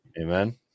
amen